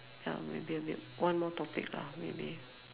ya maybe a bit one more topic lah maybe